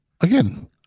again